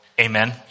amen